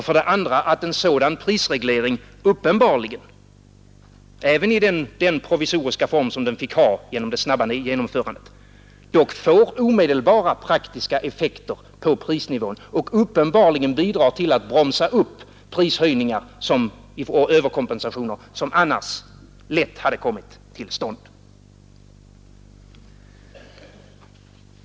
För det andra får en sådan prisreglering — även i den provisoriska form som den fick genom det snabba genomförandet — omedelbara praktiska effekter på prisnivån. Uppenbarligen kommer den att bidra till att bromsa upp prishöjningar och överkompensationer, som annars lätt hade kommit till stånd.